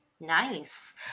Nice